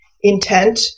intent